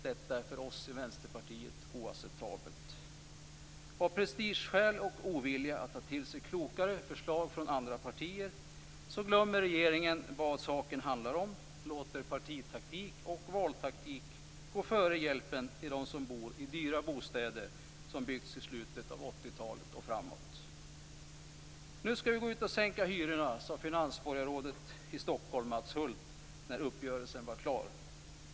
Detta är för oss i Vänsterpartiet oacceptabelt. Av prestigeskäl och ovilja att ta till sig klokare förslag från andra partier glömmer regeringen vad saken handlar om och låter partitaktik och valtaktik gå före hjälpen till dem som bor i dyra bostäder som byggts i slutet av 80-talet och framåt. Nu skall vi gå ut och sänka hyrorna, sade finansborgarrådet Mats Hulth i Stockholm, när uppgörelsen var klar.